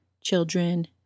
children